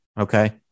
okay